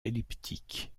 elliptique